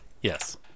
Yes